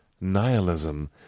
nihilism